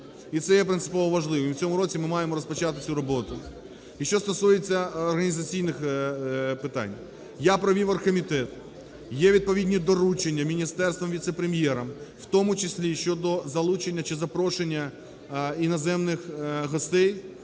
і це є принципово важливо. І в цьому році ми маємо розпочати цю роботи. І що стосується організаційних питань. Я провів оргкомітет, є відповідні доручення міністерствам, віце-прем'єрам, в тому числі і щодо залучення чи запрошення іноземних гостей